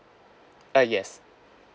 uh yes